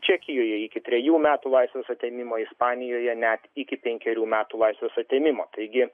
čekijoje iki trejų metų laisvės atėmimo ispanijoje net iki penkerių metų laisvės atėmimo taigi